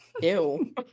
ew